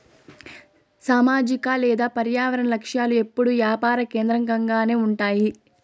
సామాజిక లేదా పర్యావరన లక్ష్యాలు ఎప్పుడూ యాపార కేంద్రకంగానే ఉంటాయి